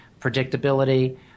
predictability